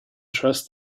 trust